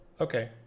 okay